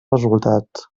resultats